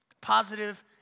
positive